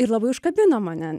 ir labai užkabino mane